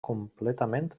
completament